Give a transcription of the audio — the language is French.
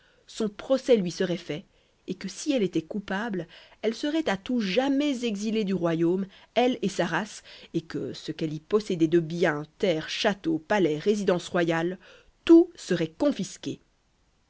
son procès lui serait fait et que si elle était coupable elle serait à tout jamais exilée du royaume elle et sa race et que ce qu'elle y possédait de biens terres châteaux palais résidences royales tout serait confisqué